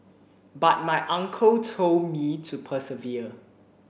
but my uncle told me to persevere